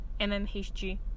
mmHg